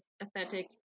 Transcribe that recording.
aesthetic